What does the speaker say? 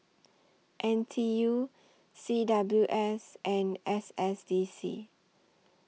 N T U C W S and S S D C